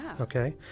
Okay